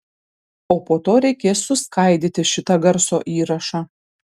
o po to reikės suskaidyti šitą garso įrašą